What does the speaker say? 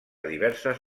diverses